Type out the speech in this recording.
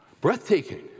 Breathtaking